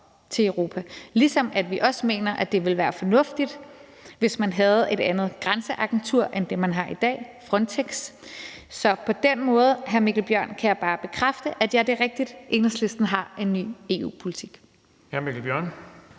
ligesom vi også mener, at det ville være fornuftigt, hvis man havde et andet grænseagentur end det, man har i dag, Frontex. Så på den måde kan jeg bare bekræfte over for hr. Mikkel Bjørn, at ja, det er rigtigt, at Enhedslisten har en ny EU-politik.